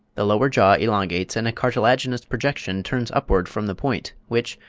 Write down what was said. the lower jaw elongates, and a cartilaginous projection turns upwards from the point, which,